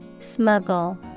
Smuggle